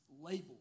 labeled